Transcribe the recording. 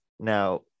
Now